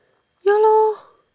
ya lor